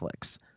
Netflix